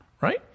right